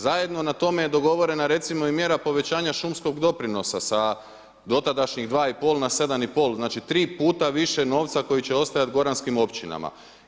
Zajedno na tome je dogovorena recimo i mjera povećanja šumskog doprinosa sa dotadašnjih 2,5 na 7,5, znači tri puta više novca koji će ostajati goranskim općinama.